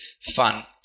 fun